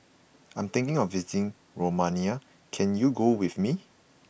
I am thinking of visiting Romania can you go with me